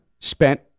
spent